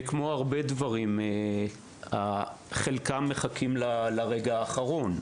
כמו הרבה דברים חלקן מחכות לרגע האחרון.